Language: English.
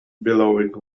billowing